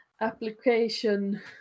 Application